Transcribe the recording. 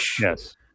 yes